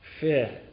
fear